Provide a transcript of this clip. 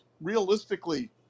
realistically